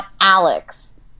Alex